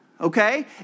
okay